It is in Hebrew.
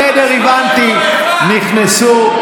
בסדר, הבנתי, נכנסו.